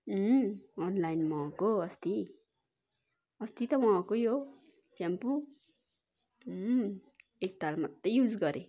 online मगाएको अस्ति अस्ति त मगाएको यो स्याम्पो एकताल मात्रै युज गरेँ